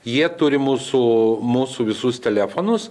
jie turi mūsų mūsų visus telefonus